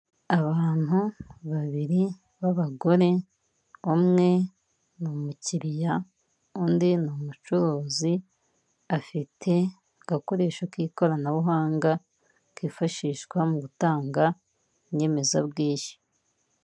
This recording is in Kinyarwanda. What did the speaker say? Abantu babiri b'abagore umwe ni umukiriya undi ni umucuruzi afite agakoresho k'ikoranabuhanga kifashishwa mu gutanga inyemezabwishyu.